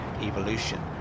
evolution